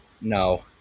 no